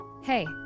Hey